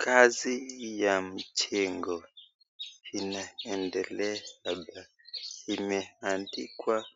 Kazi ya mjengo inaendelea labda, imeadikwa